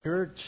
Church